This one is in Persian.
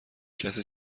کسی